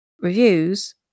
reviews